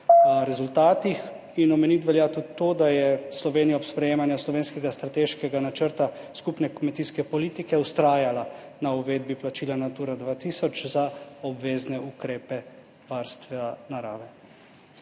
rezultatih in velja omeniti tudi to, da je Slovenija ob sprejemanju slovenskega strateškega načrta skupne kmetijske politike vztrajala na uvedbi plačila Natura 2000 za obvezne ukrepe varstva narave.